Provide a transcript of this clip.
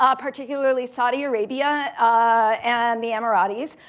ah particularly saudi arabia and the emiratis,